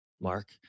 Mark